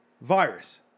Virus